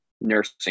nursing